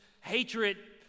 hatred